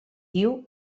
diu